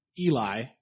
Eli